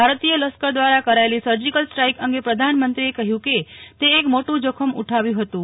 ભારતીય લશ્કર દ્વારા કરાયેલી સર્જીકલ સ્ટ્રાઇક અંગે પ્રધાનમત્રીએ કહ્યું કે તે એક મોટું જોખમ ઉઠાવ્યું હતું